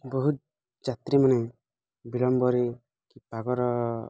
ବହୁତ ଯାତ୍ରୀମାନେ ବିଳମ୍ବରେ କି ପାଗର